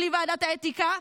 בלי ועדת האתיקה,